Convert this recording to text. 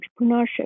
entrepreneurship